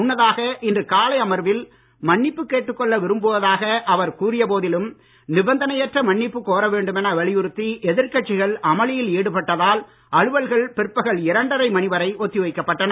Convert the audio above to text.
முன்னதாக இன்று காலை அமர்வில் மன்னிப்பு கேட்டுக் கொள்ள விரும்புவதாக அவர் கூறிய போதிலும் நிபந்தனையற்ற மன்னிப்பு கோர வேண்டும் என வலியுறுத்தி எதிர்கட்சிகள் அமளியில் ஈடுபட்டதால் அலுவல்கள் பிற்பகல் இரண்டரை மணி வரை ஒத்தி வைக்கப்பட்டன